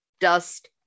dust